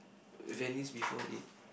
Venice before it